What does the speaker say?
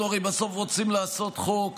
בסוף אנחנו הרי רוצים לעשות חוק